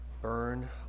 burn